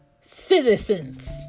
citizens